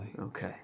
Okay